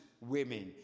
women